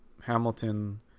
Hamilton